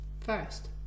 first